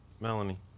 Melanie